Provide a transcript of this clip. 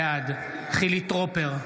בעד חילי טרופר,